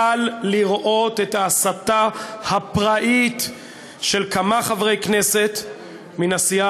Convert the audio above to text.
יכול היה לראות את ההסתה הפראית של כמה חברי כנסת מן הסיעה